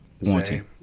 Wanting